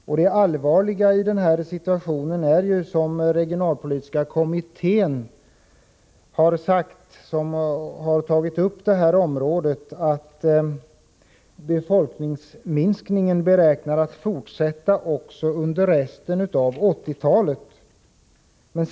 Som regionalpolitiska kommittén har sagt, när den har berört detta område, är det allvarliga i denna situation att befolkningsminskningen beräknas fortsätta också under resten av 1980-talet.